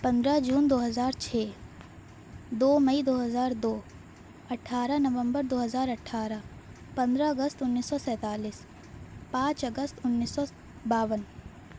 پندرہ جون دو ہزار چھ دو مئی دو ہزار دو اٹھارہ نومبر دو ہزار اٹھارہ پندرہ اگست انیس سو سینتالیس پانچ اگست انیس سو باون